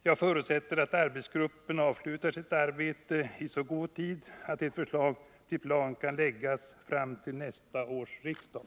Jag förutsätter att arbetsgruppen avslutar sitt arbete i så god tid att ett förslag till plan kan läggas fram till nästa års riksdag.